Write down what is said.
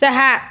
सहा